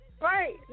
Right